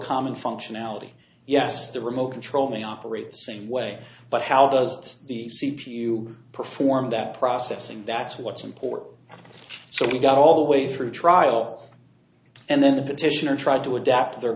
common functionality yes the remote control may operate the same way but how does the c p u perform that processing that's what's important so we got all the way through trial and then the petitioner tried to adapt their